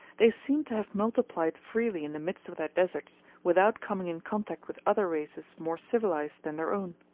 they seemed to have multiplied freely in the midst of their deserts without coming in contact with other races more civilized than their own.